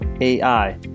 AI